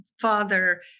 father